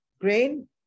grain